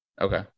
Okay